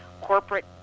corporate